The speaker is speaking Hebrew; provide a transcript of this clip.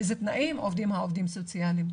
באילו תנאים עובדים העובדים הסוציאליים.